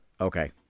Okay